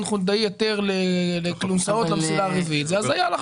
חולדאי היתר לכלונסאות במסילה הרביעית זה הזיה.